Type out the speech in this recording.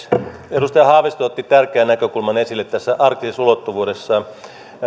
edustaja haavisto otti tärkeän näkökulman esille tässä arktisessa ulottuvuudessa